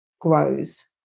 grows